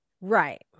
Right